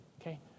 okay